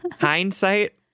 hindsight